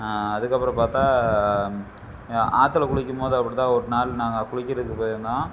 அதுக்கப்புறம் பார்த்தா ஆற்றுல குளிக்கும் போது அப்படி தான் ஒரு நாள் நாங்கள் குளிக்கிறதுக்கு போயிருந்தோம்